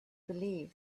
believe